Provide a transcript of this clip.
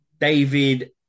David